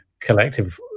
collective